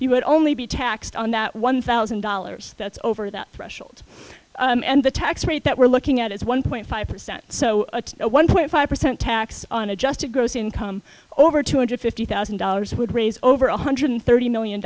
you would only be taxed on that one thousand dollars that's over that threshold and the tax rate that we're looking at is one point five percent so a one point five percent tax on adjusted gross income over two hundred fifty thousand dollars would raise over one hundred thirty million